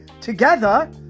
Together